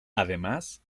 además